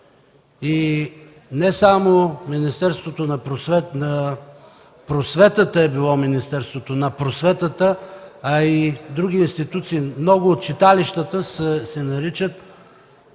и не само Министерството на просветата е било Министерството на просветата, а и други институции – много от читалищата се наричат